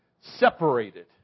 separated